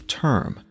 term